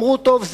אמרו: טוב,